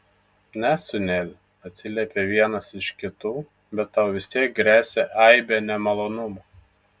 ne sūneli atsiliepė vienas iš kitų bet tau vis tiek gresia aibė nemalonumų